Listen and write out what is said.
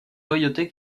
loyauté